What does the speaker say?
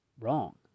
wrong